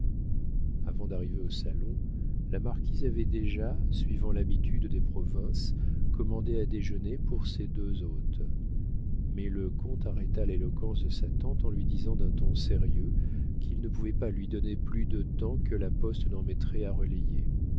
avant d'arriver au salon la marquise avait déjà suivant l'habitude des provinces commandé à déjeuner pour ses deux hôtes mais le comte arrêta l'éloquence de sa tante en lui disant d'un ton sérieux qu'il ne pouvait pas lui donner plus de temps que la poste n'en mettrait à